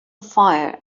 fire